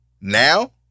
Now